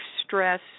stress